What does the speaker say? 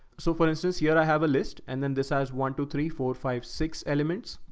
so for instance, here i have a list and then this has one, two, three, four, five, six elements.